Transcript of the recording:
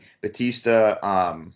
Batista –